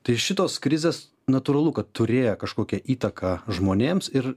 tai šitos krizės natūralu kad turėjo kažkokią įtaką žmonėms ir